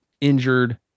injured